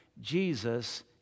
Jesus